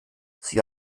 sie